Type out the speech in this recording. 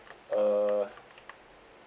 uh